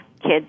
kids